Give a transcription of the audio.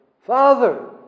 Father